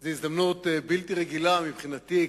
זו הזדמנות בלתי רגילה מבחינתי,